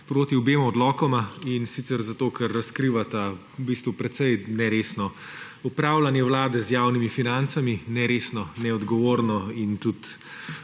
proti obema odlokoma, in sicer zato, ker razkrivata v bistvu precej neresno upravljanje vlade z javnimi financami, neresno, neodgovorno in tudi